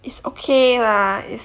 it's okay lah it's